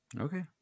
Okay